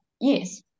yes